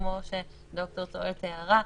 כמו שד"ר צוראל תיארה,